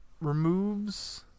removes